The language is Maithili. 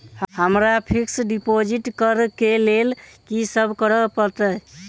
हमरा फिक्स डिपोजिट करऽ केँ लेल की सब करऽ पड़त?